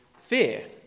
fear